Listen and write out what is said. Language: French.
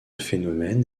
phénomène